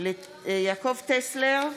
יעקב טסלר,